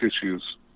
issues